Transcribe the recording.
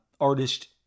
artist